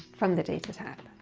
from the data tab.